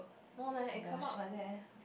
no leh it come out like that eh